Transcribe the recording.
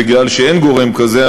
בגלל שאין גורם כזה,